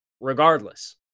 regardless